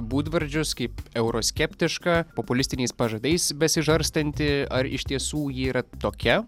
būdvardžius kaip euroskeptiška populistiniais pažadais besižarstanti ar iš tiesų ji yra tokia